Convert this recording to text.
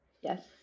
Yes